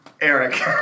Eric